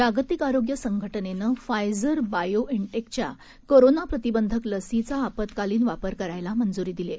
जागतिकआरोग्यसंघटनेनंफायझरबायोएन्टेकच्याकोरोनाप्रतिबंधकलसीचाआपत्कालीनवापरकरायलामंजुरीदिलीआहे